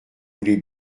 voulez